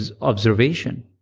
observation